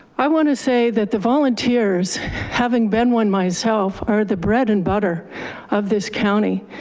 i wanna say that the volunteers having been one myself are the bread and butter of this county.